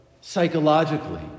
psychologically